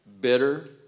bitter